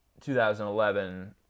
2011